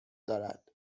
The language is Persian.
دارد